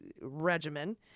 regimen